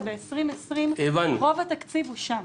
ב-2020 רוב התקציב שם.